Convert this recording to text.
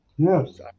Yes